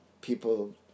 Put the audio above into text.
people